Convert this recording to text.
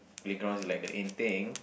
playground is like the in thing